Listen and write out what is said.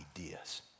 ideas